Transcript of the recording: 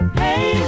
hey